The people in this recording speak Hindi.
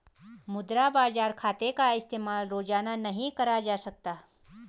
मुद्रा बाजार खाते का इस्तेमाल रोज़ाना नहीं करा जा सकता